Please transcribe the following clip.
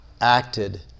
acted